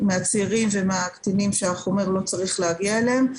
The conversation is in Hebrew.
מהצעירים והקטינים שהחומר לא צריך להגיע אליהם.